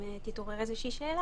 אם תתעורר איזושהי שאלה.